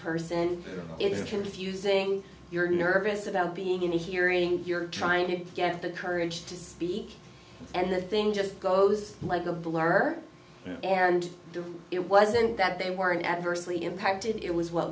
refusing you're nervous about being in the hearing you're trying to get the courage to speak and that thing just goes like a blur and it wasn't that they weren't adversely impacted it was what